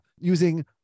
using